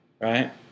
right